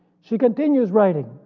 she continues writing.